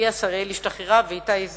צביה שריאל השתחררה ואיתי זר